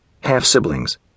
half-siblings